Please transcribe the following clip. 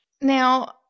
Now